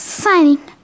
signing